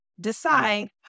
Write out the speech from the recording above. decide